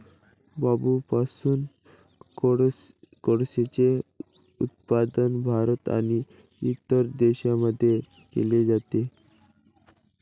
बांबूपासून कोळसेचे उत्पादन भारत आणि इतर देशांमध्ये केले जाते